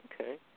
Okay